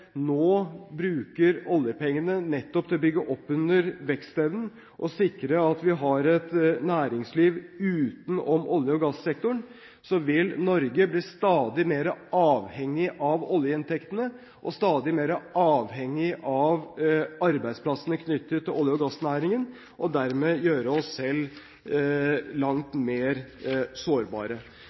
nå bruker oljepengene til å bygge opp under vekstevnen og sikrer at vi har et næringsliv utenom olje- og gassektoren, vil Norge bli stadig mer avhengig av oljeinntektene og arbeidsplassene knyttet til olje- og gassnæringen, og dermed gjøre oss langt mer sårbare.